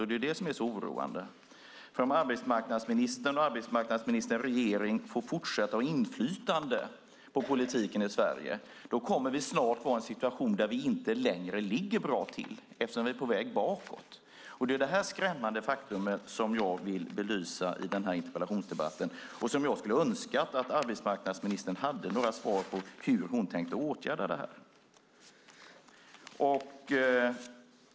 Det är det som är så oroande. Om arbetsmarknadsministern och den här regeringen får fortsätta att ha inflytande på politiken i Sverige kommer vi snart att vara i en situation där vi inte längre ligger bra till eftersom vi är väg bakåt. Det är det skrämmande faktum som jag vill belysa i den här interpellationsdebatten och där jag skulle önska att arbetsmarknadsministern hade några svar på hur hon tänker åtgärda detta.